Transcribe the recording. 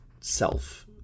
self